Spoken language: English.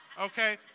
Okay